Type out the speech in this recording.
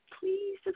please